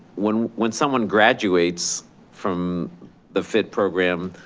when when someone graduates from the fit program,